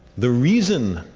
the reason,